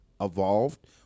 evolved